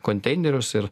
konteinerius ir